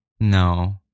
no